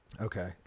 Okay